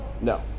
No